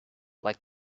like